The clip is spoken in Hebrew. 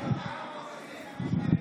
בושה וחרפה,